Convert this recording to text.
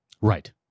Right